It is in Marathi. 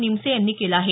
निमसे यांनी केलं आहे